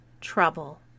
trouble